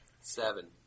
Seven